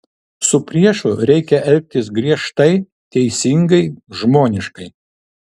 su priešu reikia elgtis griežtai teisingai žmoniškai